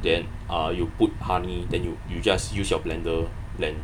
then uh you put honey than you you just use your blender blend